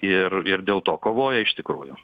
ir ir dėl to kovoja iš tikrųjų